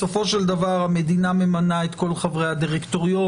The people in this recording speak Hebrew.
בסופו של דבר המדינה ממנה את כל חברי הדירקטוריון,